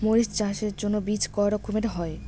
মরিচ চাষের জন্য বীজ কয় রকমের হয়?